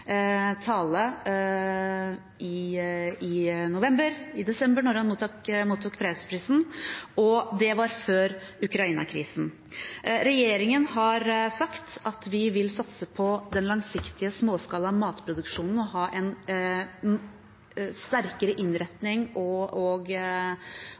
tale i desember 2021 da han mottok fredsprisen, og det var før Ukraina-krisen. Regjeringen har sagt at vi vil satse på den langsiktige småskalaproduksjonen av mat, ha en sterkere